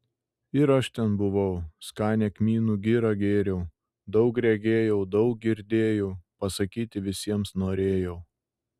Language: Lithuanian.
ir aš ten buvau skanią kmynų girą gėriau daug regėjau daug girdėjau pasakyti visiems norėjau